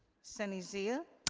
sunny zia?